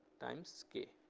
times k.